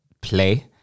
play